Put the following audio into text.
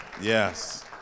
Yes